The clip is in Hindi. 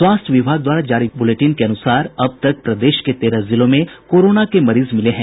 स्वास्थ्य विभाग द्वारा जारी बुलेटिन के अनुसार अब तक प्रदेश के तेरह जिलों में कोरोना के मरीज मिले हैं